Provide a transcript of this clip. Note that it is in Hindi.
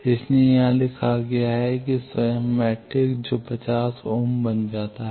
इसलिए यहाँ लिखा गया है कि स्वयं एस मैट्रिक्स जो 50 ओम बन जाता है